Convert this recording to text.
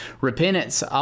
Repentance